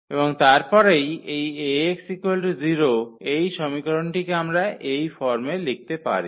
এবং তারপরে এই 𝐴𝑥 0 এই সমীকরণটিকে আমরা এই ফর্মে লিখতে পারি